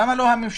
למה לא הממשלה?